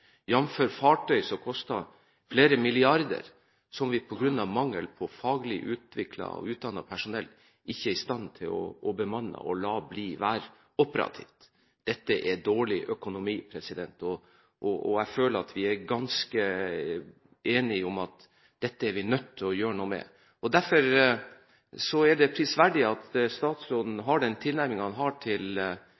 fartøy som koster flere milliarder, men som vi på grunn av mangel på faglig utdannet personell ikke er i stand til å bemanne – og slik sett være operative. Dette er dårlig økonomi. Jeg føler at vi er ganske enige om at dette er vi nødt til å gjøre noe med. Derfor er det prisverdig at statsråden